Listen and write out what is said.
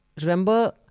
remember